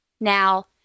Now